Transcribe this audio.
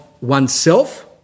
oneself